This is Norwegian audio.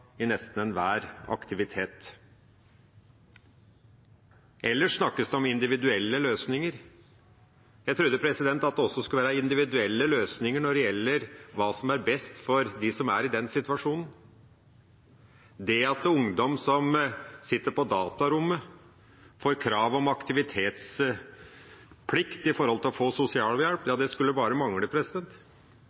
i nesten enhver aktivitet. Ellers snakkes det om individuelle løsninger. Jeg trodde det også skulle være individuelle løsninger når det gjelder hva som er best for dem som er i den situasjonen. Det at ungdom som sitter på datarommet, får krav om aktivitetsplikt for å få sosialhjelp, skulle bare mangle.